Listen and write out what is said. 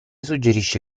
suggerisce